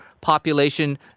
population